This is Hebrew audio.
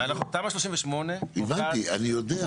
תמ"א 38 --- הבנתי, אני יודע.